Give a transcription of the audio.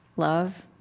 love,